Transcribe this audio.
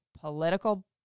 political